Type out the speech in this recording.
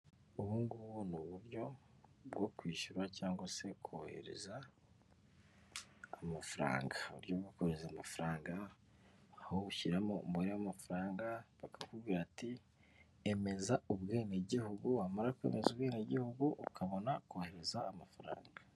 Ubu ngubu ni uburyo bwo kwishyura cyangwa se kohereza amafaranga, uburyo bwo kohereza amafaranga aho ushyiramo umubare w'amafaranga, bakakubwirati emeza ubwenegihugu, wamara kwemeza ubwenegihugu ukabona kohereza amafaranga.